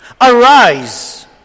Arise